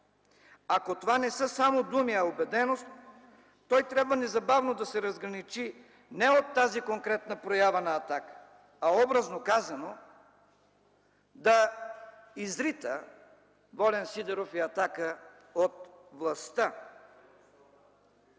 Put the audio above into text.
Ако това не са само думи, а убеденост, той трябва незабавно да се разграничи не от тази конкретна проява на „Атака”, а, образно казано, да изрита Волен Сидеров и „Атака” от властта!